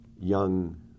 young